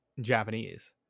Japanese